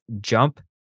jump